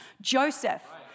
Joseph